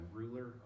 ruler